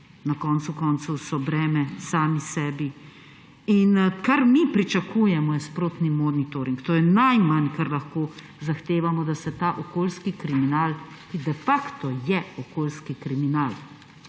na koncu koncev so breme sami sebi. In kar mi pričakujemo, je sprotni monitoring. To je najmanj, kar lahko zahtevamo, da se ta okoljski kriminal, ki de facto je okoljski kriminal,